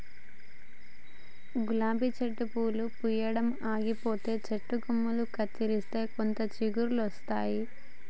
గులాబీ చెట్టు పూలు పూయడం ఆగిపోగానే చెట్టు కొమ్మలు కత్తిరిస్తే కొత్త చిగురులొస్తాయి